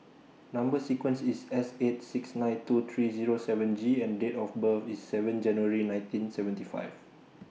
Number sequence IS S eight six nine two three Zero seven G and Date of birth IS seven January nineteen seventy five